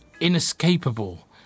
inescapable